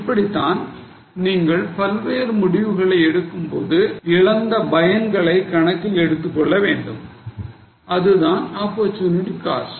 இப்படித்தான் நீங்கள் பல்வேறு முடிவுகளை எடுக்கும்போது இழந்த பயன்களை கணக்கில் எடுத்துக்கொள்ள வேண்டும் அதுதான் opportunity cost